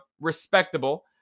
respectable